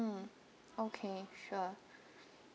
mm okay sure